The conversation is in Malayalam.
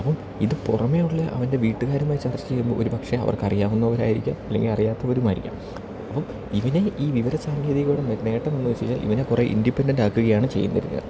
അപ്പം ഇത് പുറമേയുള്ള അവൻ്റെ വീട്ടുകാരുമായി ചർച്ച ചെയ്യുമ്പോൾ ഒരു പക്ഷേ അവർക്ക് അറിയാവുന്നവർ ആയിരിക്കാം അല്ലെങ്കിൽ അറിയാത്തവരും ആയിരിക്കാം അപ്പം ഇവനെ ഈ വിവര സാങ്കേതികളുടെ നേട്ടം എന്ന് വെച്ച് കഴിഞ്ഞാൽ ഇവനെ കുറെ ഇൻഡിപ്പെൻഡൻറ്റാക്കുകയാണ് ചെയ്യുന്നിരുന്നത്